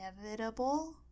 inevitable